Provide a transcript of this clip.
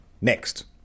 next